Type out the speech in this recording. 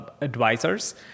advisors